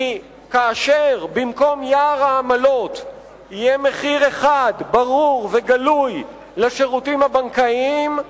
כי כאשר במקום יער העמלות יהיה מחיר אחד ברור וגלוי לשירותים הבנקאיים,